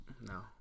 No